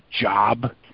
job